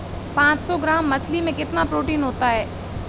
पांच सौ ग्राम मछली में कितना प्रोटीन होता है?